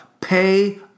Pay